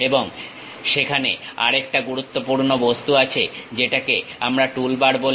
এবং সেখানে আরেকটা গুরুত্বপূর্ণ বস্তু আছে যেটাকে আমরা টুলবার বলি